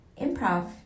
improv